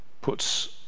puts